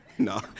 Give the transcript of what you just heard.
No